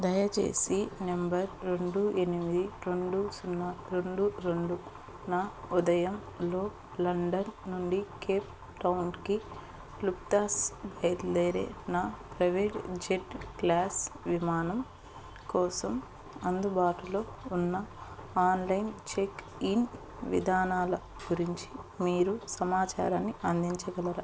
దయచేసి నెంబర్ రెండు ఎనిమిది రెండు సున్నా రెండు రెండున ఉదయంలో లండన్ నుండి కేప్ టౌన్కి లుఫ్తాన్స బయలుదేరిన ప్రైవేట్ జెట్ క్లాస్ విమానం కోసం అందుబాటులో ఉన్న ఆన్లైన్ చెక్ఇన్ విధానాల గురించి మీరు సమాచారాన్ని అందించగలరా